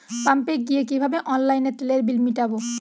পাম্পে গিয়ে কিভাবে অনলাইনে তেলের বিল মিটাব?